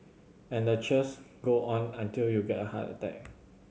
and the cheers go on until you get a heart attack